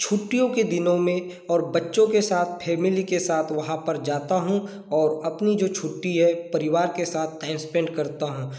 छुट्टियों के दिनों में और बच्चों के साथ फ़ैमिली के साथ वहाँ पर जाता हूँ और अपनी जो छुट्टी है परिवार के साथ टाइम स्पेंड करता हूँ